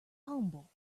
humble